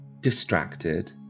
Distracted